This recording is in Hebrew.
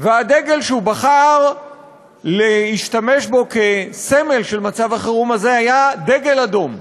והדגל שהוא בחר להשתמש בו כסמל של מצב החירום הזה היה דגל אדום.